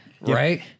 right